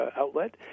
outlet